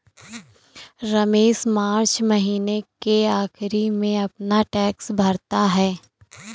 Ramesh March महीने के आखिरी में अपना टैक्स भरता है